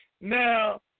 Now